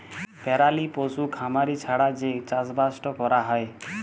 পেরালি পশু খামারি ছাড়া যে চাষবাসট ক্যরা হ্যয়